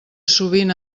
sovint